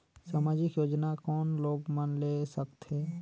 समाजिक योजना कोन लोग मन ले सकथे?